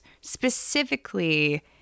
specifically